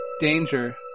Danger